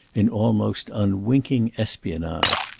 in almost unwinking espionage.